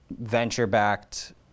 venture-backed